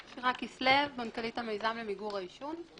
שירה כסלו, מנכ"לית המיזם למיגור העישון.